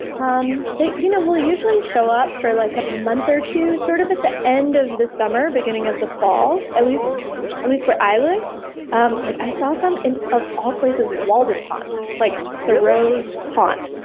um they you know will usually show up for like a month or two sort of at the end of the summer, beginning of the fall, at least at least where i live. um like i saw some in of all places, walden pond, like thoreau's pond.